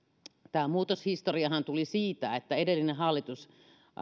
tämä muutoshistoriahan tuli siitä että kun edellisen hallituksen aikana viime kaudella